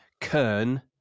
Kern